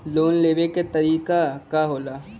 Loan लेवे क तरीकाका होला?